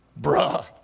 Bruh